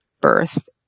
birth